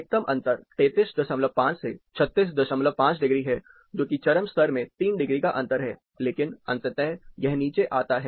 अधिकतम अंतर 335 से 365 डिग्री है जो कि चरम स्तर में 3 डिग्री का अंतर है लेकिन अंततः यह नीचे आता है